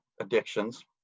addictions